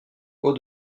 haut